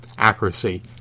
accuracy